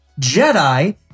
Jedi